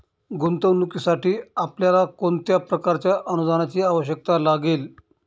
गुंतवणुकीसाठी आपल्याला कोणत्या प्रकारच्या अनुदानाची आवश्यकता लागेल?